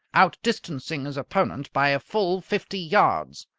outdistancing his opponent by a full fifty yards.